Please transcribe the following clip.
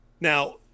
Now